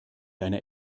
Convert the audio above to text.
einer